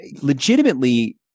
legitimately